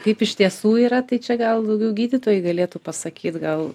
kaip iš tiesų yra tai čia gal daugiau gydytojai galėtų pasakyt gal